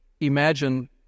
imagine